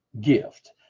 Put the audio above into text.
gift